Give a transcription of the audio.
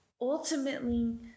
ultimately